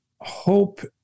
hope